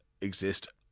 exist